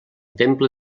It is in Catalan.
temple